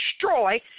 destroy